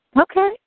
Okay